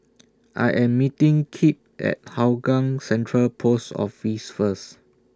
I Am meeting Kip At Hougang Central Post Office First